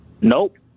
Nope